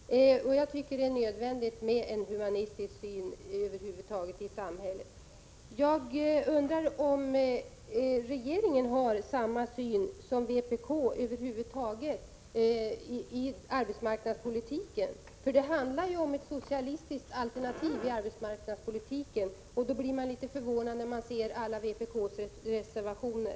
Herr talman! Jag tycker att det är nödvändigt med en humanistisk grundsyn över huvud taget i samhället. Jag undrar om regeringen har samma syn som vpk på arbetsmarknadspolitiken. Det handlar om ett socialistiskt alternativ i arbetsmarknadspolitiken, och då blir man litet förvånad när man ser alla vpk-reservationer.